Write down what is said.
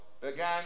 began